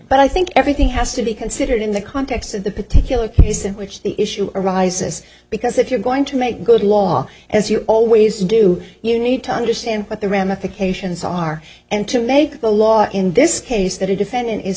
but i think everything has to be considered in the context of the particular case in which the issue arises because if you're going to make good law as you always do you need to understand what the ramifications are and to make the law in this case that a defendant is